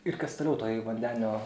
ir kas toliau toj vandenio